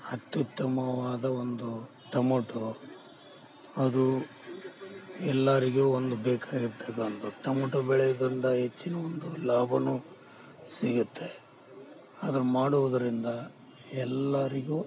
ಅತ್ಯುತ್ತಮವಾದ ಒಂದು ಟೊಮೊಟೊ ಅದು ಎಲ್ಲರಿಗೂ ಒಂದು ಬೇಕಾಗಿರ್ತಕ್ಕಂಥ ಟೊಮೊಟೊ ಬೆಳೆ ಬಂದಾಗ ಹೆಚ್ಚಿನ ಒಂದು ಲಾಭ ಸಿಗುತ್ತೆ ಅದು ಮಾಡುವುದರಿಂದ ಎಲ್ಲರಿಗೂ